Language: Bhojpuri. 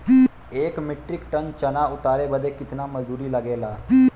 एक मीट्रिक टन चना उतारे बदे कितना मजदूरी लगे ला?